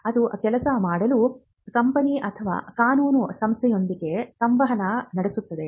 ಅದು ಕೆಲಸ ಮಾಡಲು ಕಂಪನಿ ಅಥವಾ ಕಾನೂನು ಸಂಸ್ಥೆಯೊಂದಿಗೆ ಸಂವಹನ ನಡೆಸುತ್ತದೆ